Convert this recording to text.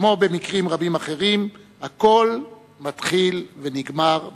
כמו במקרים רבים אחרים, הכול מתחיל ונגמר בחינוך.